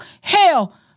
Hell